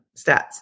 stats